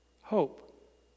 Hope